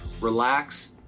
relax